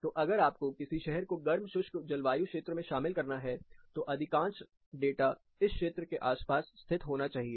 तो अगर आपको किसी शहर को गर्म शुष्क जलवायु क्षेत्र में शामिल करना है तो अधिकांश डाटा इस क्षेत्र के आसपास स्थित होना चाहिए